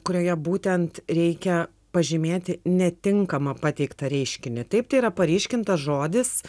kurioje būtent reikia pažymėti netinkamą pateiktą reiškinį taip tai yra paryškintas žodis